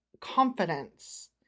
confidence